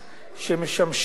כי יש הנמקה מהמקום,